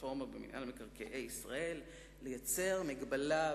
הרפורמה במינהל מקרקעי ישראל לייצר מגבלה,